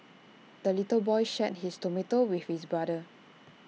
the little boy shared his tomato with his brother